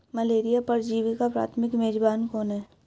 Malaria परजीवी का प्राथमिक मेजबान कौन है?